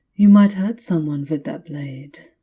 you might hurt someone with that blade.